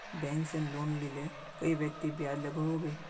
Bank से loan लिले कई व्यक्ति ब्याज लागोहो होबे?